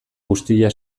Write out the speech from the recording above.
guztia